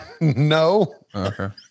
no